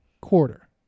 quarter